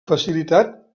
facilitat